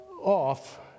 off